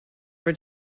for